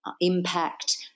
impact